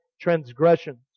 transgressions